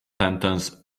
sentence